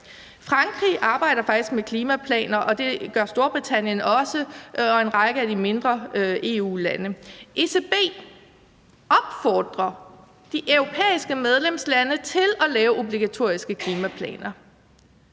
Frankrig arbejder faktisk med klimaplaner, og det gør Storbritannien og en række af de mindre EU-lande også. ECB opfordrer de europæiske medlemslande til at lave obligatoriske klimaplaner.